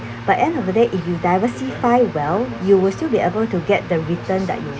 but end of the day if you diversify well you will still be able to get the return that you